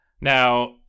Now